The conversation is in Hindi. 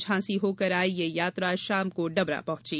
झाँसी होकर आई यह यात्रा शाम को डबरा पहुँची